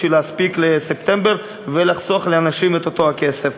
בשביל להספיק לספטמבר ולחסוך לאנשים את אותו הכסף.